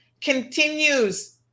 continues